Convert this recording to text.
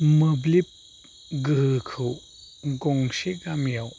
मोब्लिब गोहोखौ गंसे गामियाव